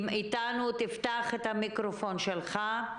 אם כן, פתח את המיקרופון שלך.